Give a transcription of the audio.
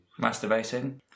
Masturbating